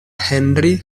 henry